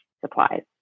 supplies